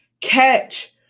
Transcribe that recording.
catch